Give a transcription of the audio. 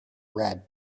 read